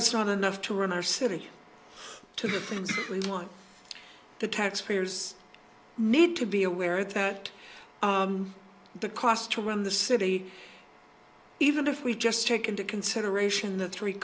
it's not enough to run our city to the things we want the taxpayers need to be aware that the cost to run the city even if we just take into consideration the three